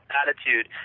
attitude